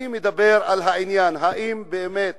אני מדבר על העניין: האם באמת